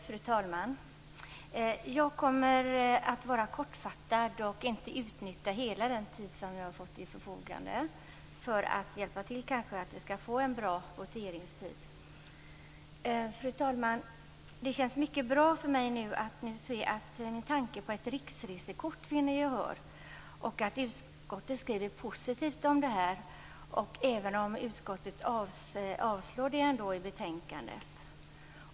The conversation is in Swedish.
Fru talman! Jag kommer att vara kortfattad och inte utnyttja hela den tid som jag har till förfogande för att hjälpa till så att vi får en bra voteringstid. Fru talman! Det känns mycket bra för mig att nu se att min tanke på ett riksresekort vinner gehör och att utskottet skriver positivt om detta, även om utskottet avstyrker förslaget i betänkandet.